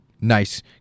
nice